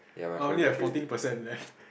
I only have fourteen percent left